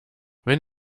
wenn